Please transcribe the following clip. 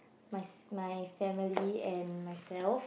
my my family and myself